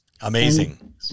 Amazing